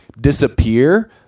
disappear